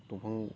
दंफां